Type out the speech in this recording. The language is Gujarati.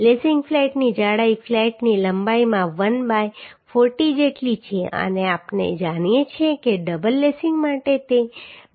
લેસિંગ ફ્લેટની જાડાઈ ફ્લેટની લંબાઇમાં 1 બાય 40 જેટલી છે અને આપણે જાણીએ છીએ કે ડબલ લેસિંગ માટે તે 1 બાય 60 હશે